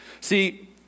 See